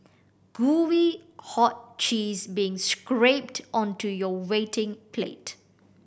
gooey hot cheese being scrapped onto your waiting plate